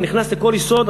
אתה נכנס לכל יסוד,